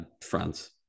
France